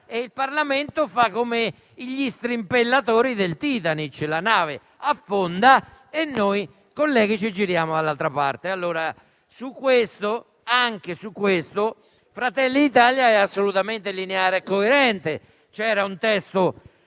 Il Parlamento, invece, fa come gli strimpellatori del Titanic: la nave affonda e noi, colleghi, ci giriamo dall'altra parte. Anche su questo Fratelli d'Italia è assolutamente lineare e coerente: c'era un testo